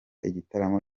igitaramo